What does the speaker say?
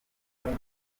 fanta